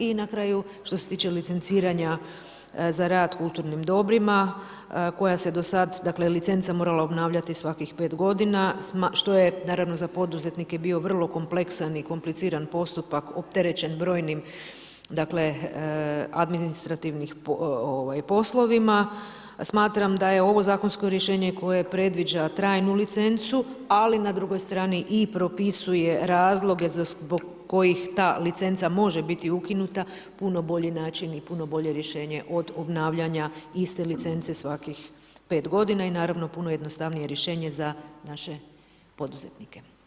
I na kraju što se tiče licenciranja za rad kulturnim dobrima, koja se do sad dakle licenca morala obnavljati svakih 5 godina, što je naravno za poduzetnike bio vrlo kompleksan i kompliciran postupak opterećen brojnim administrativnim poslovima, smatram da je ovo zakonsko rješenje koje predviđa trajnu licencu ali na drugoj strani i propisuje razloge zbog kojih ta licenca može biti ukinuta, puno bolji način i puno bolje rješenje od obnavljanja iste licence svaki 5 godina i naravno puno jednostavnije rješenje za naše poduzetnike.